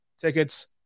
tickets